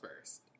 first